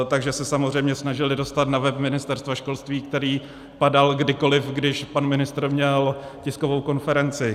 Takže se samozřejmě snažili dostat na web Ministerstva školství, který padal kdykoliv, když pan ministr měl tiskovou konferenci.